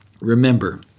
remember